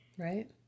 Right